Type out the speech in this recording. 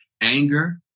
anger